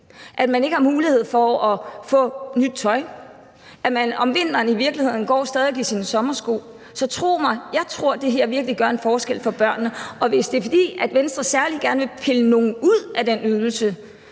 at man ikke har mulighed for at få nyt tøj, at man om vinteren i virkeligheden stadig går i sine sommersko. Så jeg tror, at det her virkelig gør en forskel for børnene. Og hvis det er, fordi Venstre særlig gerne vil pille nogen ud af den ydelse,